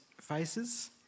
faces